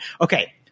okay